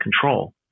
control